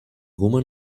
woman